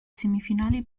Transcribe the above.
semifinali